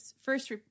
first